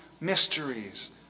mysteries